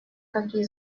какие